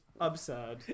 absurd